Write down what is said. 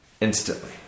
instantly